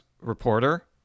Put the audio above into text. reporter